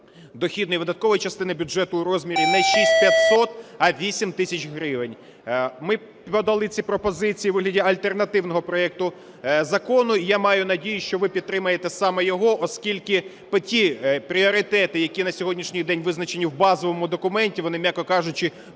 дохідної та видаткової частини бюджету в розмірі не 6500, а 8 тисяч гривень. Ми подали ці пропозиції у вигляді альтернативного проекту закону. І я маю надію, що ви підтримаєте саме його, оскільки ті пріоритети, які на сьогоднішній день визначені в базовому документі, вони, м'яко кажучи,